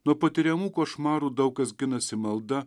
nuo patiriamų košmarų daug kas ginasi malda